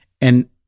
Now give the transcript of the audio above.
And-